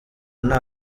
nta